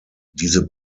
diese